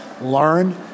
learn